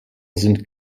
sind